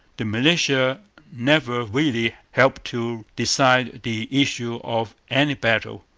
the militia never really helped to decide the issue of any battle,